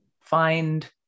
find